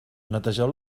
netegeu